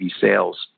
sales